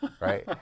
right